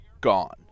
gone